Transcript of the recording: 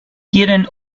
quieren